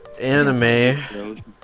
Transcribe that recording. anime